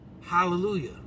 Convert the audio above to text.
Hallelujah